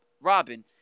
Robin